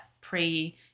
pre-